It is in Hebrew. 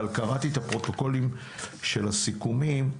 אבל קראתי את הפרוטוקולים של הסיכומים,